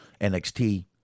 NXT